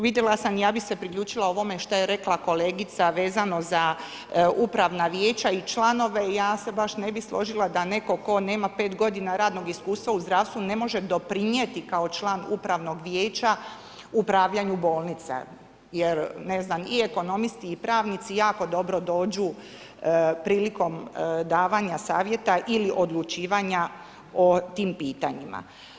Vidjela sam i ja bi se priključila ovome što je rekla kolegica vezano za upravna vijeća i članove, ja se ne bi baš složila da netko tko nema 5 g. radnog iskustva u zdravstvu ne može doprinijeti kao član upravnog vijeća upravljanju bolnica jer ne znam, i ekonomisti i pravnici jako dobro dođu prilikom davanja savjeta ili odlučivanja o tim pitanjima.